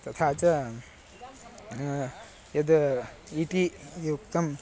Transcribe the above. तथा च यद् इटि इति उक्तम्